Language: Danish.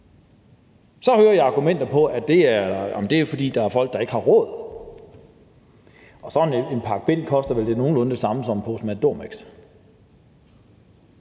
Så hører jeg argumenter om, at det er, fordi der er folk, der ikke har råd. Sådan en pakke bind koster vel nogenlunde det samme som en pose Matadormix.